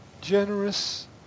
generous